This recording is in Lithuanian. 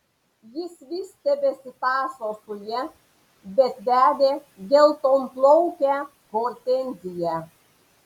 jis vis tebesitąso su ja bet vedė geltonplaukę hortenziją